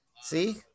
See